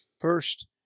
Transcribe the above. First